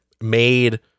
made